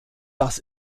das